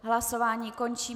Hlasování končím.